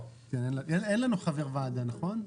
לנו חבר ועדה, נכון?